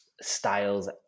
styles